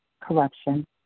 corruption